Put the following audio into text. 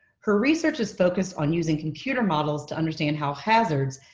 her research is focused on using computer models to understand how hazards,